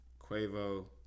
Quavo